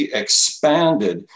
expanded